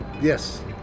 Yes